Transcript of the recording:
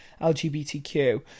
LGBTQ